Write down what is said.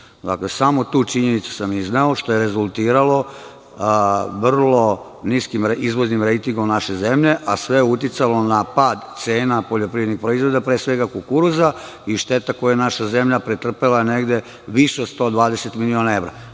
samo tu činjenicu sam izneo, što je rezultiralo vrlo niskim izvoznim rejtingom naše zemlje, a sve je uticalo na pad cena poljoprivrednih proizvoda, pre svega kukuruza i šteta koju je naša zemlja pretrpela je više od 120 miliona evra.